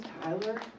Tyler